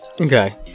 Okay